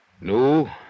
No